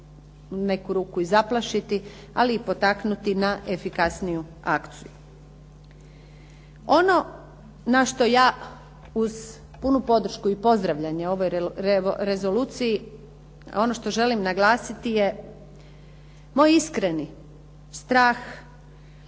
neku ruku i zaplašiti ali i potaknuti na efikasniju akciju. Ono na što ja uz puno podršku i pozdravljanje ovoj rezoluciji a ono što želim naglasiti je moj iskreni strah